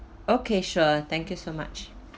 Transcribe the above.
okay sure thank you so much